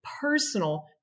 personal